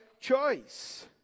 choice